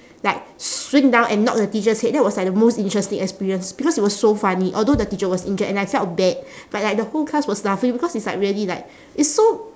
like swing down and knock the teacher's head that was like the most interesting experience because it was so funny although the teacher was injured and I felt bad but like the whole class was laughing because it's like really like is so